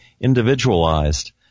individualized